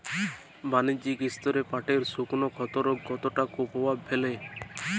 বাণিজ্যিক স্তরে পাটের শুকনো ক্ষতরোগ কতটা কুপ্রভাব ফেলে?